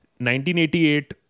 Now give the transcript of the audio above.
1988